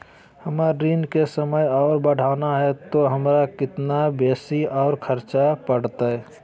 हमर ऋण के समय और बढ़ाना है तो हमरा कितना बेसी और खर्चा बड़तैय?